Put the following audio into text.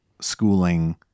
schooling